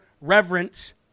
reverence